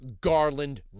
Garland